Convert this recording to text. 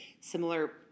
similar